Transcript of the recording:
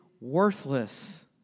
worthless